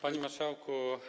Panie Marszałku!